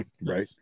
right